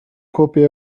copy